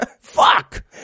Fuck